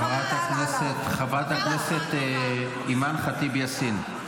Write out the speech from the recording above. חברת הכנסת אימאן ח'טיב יאסין,